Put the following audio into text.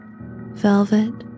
Velvet